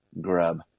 grub